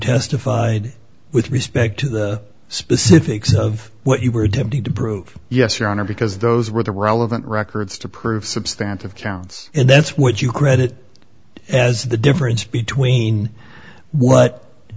testified with respect to the specifics of what you were attempting to prove yes your honor because those were the relevant records to prove substantial counts and that's what you credit as the difference between what